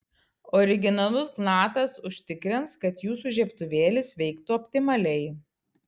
originalus knatas užtikrins kad jūsų žiebtuvėlis veiktų optimaliai